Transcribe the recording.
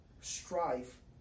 strife